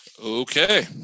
Okay